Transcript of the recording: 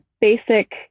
basic